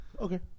Okay